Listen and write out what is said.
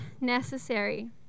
necessary